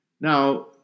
Now